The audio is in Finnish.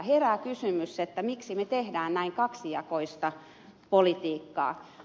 herää kysymys miksi me teemme näin kaksijakoista politiikkaa